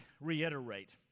reiterate